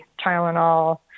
Tylenol